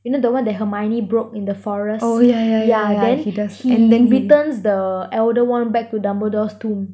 you know the one that hermione broke in the forest yeah then he returns the elder wand back to dumbledore's tomb